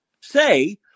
say